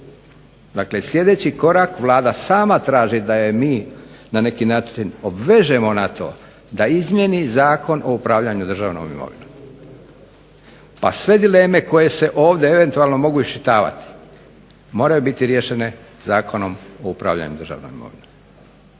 Dakle sljedeći korak, Vlada sama traži da je mi na neki način obvežemo na to da izmijeni Zakon o upravljanju državnom imovinom, a sve dileme koje se ovdje eventualno mogu iščitavati moraju biti riješene Zakonom o upravljanju državnom imovinom.